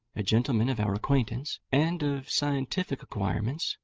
a gentleman of our acquaintance, and of scientific acquirements,